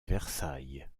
versailles